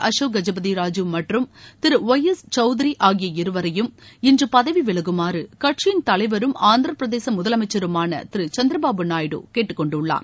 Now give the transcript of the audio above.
அசோக் கஜபதி ராஜு மற்றும் திரு Y S Chowdary ஆகிய இருவரையும் இன்று பதவி விலகுமாறு கட்சியின் தலைவரும் ஆந்திரப்பிரதேச முதலமைச்சருமான திரு சந்திரபாபு நாயுடு கேட்டுக்கொண்டுள்ளார்